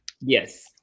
Yes